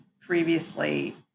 previously